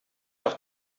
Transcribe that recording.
doch